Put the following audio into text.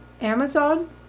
Amazon